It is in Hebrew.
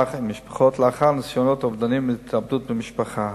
ומשפחות לאחר ניסיונות אובדניים והתאבדות במשפחה.